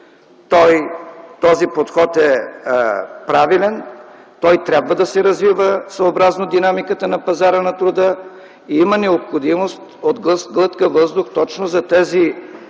този подход е правилен и трябва да се развива съобразно динамиката на пазара на труда. Има необходимост от глътка въздух именно за тези